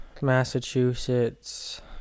Massachusetts